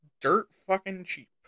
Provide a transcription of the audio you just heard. dirt-fucking-cheap